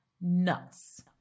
nuts